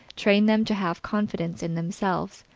train them to have confidence in themselves,